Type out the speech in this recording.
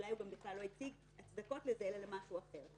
ואולי הוא גם לא הציג הצדקות לזה אלא למשהו אחר.